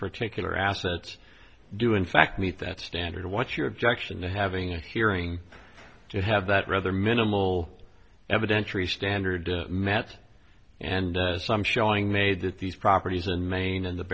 particular assets do in fact meet that standard what's your objection to having a hearing to have that rather minimal evidentiary standard met and some showing made that these properties in maine and the